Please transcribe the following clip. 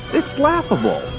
it's laughable.